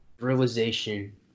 Realization